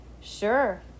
Sure